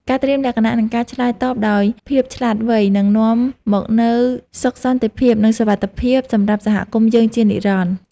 ការត្រៀមលក្ខណៈ និងការឆ្លើយតបដោយភាពឆ្លាតវៃនឹងនាំមកនូវសុខសន្តិភាព និងសុវត្ថិភាពសម្រាប់សហគមន៍យើងជានិរន្តរ៍។